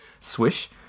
swish